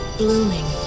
blooming